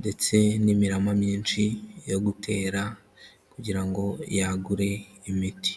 ndetse n'imirama myinshi yo gutera kugira ngo yagure imiti.